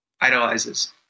idolizes